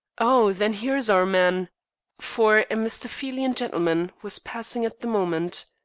oh! then here's our man for a mephistophelian gentleman was passing at the moment.